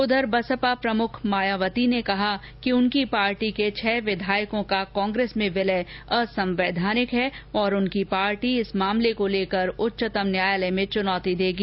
उंधर बसपा प्रमुख मायावती ने कहा कि उनकी पार्टी के छह विधायकों का कांग्रेस में विलय असंवैधानिक है और उनकी पार्टी इस मामले को लेकर उच्चतम न्यायालय में चुनौती देगी